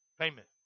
payment